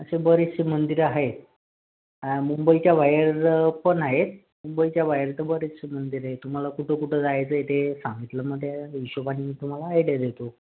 अशी बरीचशी मंदिरं आहेत मुंबईच्या बाहेर पण आहेत मुंबईच्या बाहेर तर बरीचशी मंदिरं आहेत तुम्हाला कुठं कुठं जायचं आहे ते सांगितलं मग त्या हिशोबानी तुम्हाला आयडिया देतो